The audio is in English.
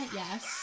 yes